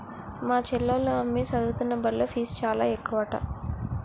మా చెల్లోల అమ్మి సదువుతున్న బల్లో ఫీజు చాలా ఎక్కువట